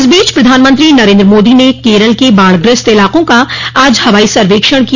इस बीच प्रधानमंत्री नरेन्द्र मोदी ने केरल के बाढ़ग्रस्त इलाकों का आज हवाई सर्वेक्षण किया